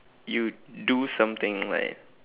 you do something like